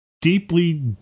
Deeply